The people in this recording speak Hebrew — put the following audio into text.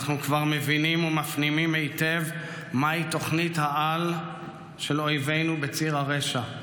אנחנו כבר מבינים ומפנימים היטב מהי תוכנית-העל של אויבינו בציר הרשע: